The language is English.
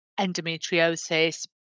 endometriosis